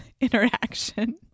interaction